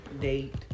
date